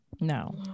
no